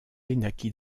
naquit